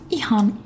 ihan